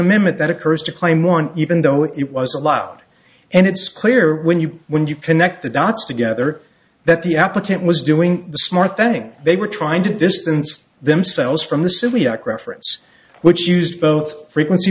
amendment that occurs to claim one even though it was allowed and it's clear when you when you connect the dots together that the applicant was doing the smart thing they were trying to distance themselves from the civil yak reference which used both frequency